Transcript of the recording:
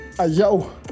yo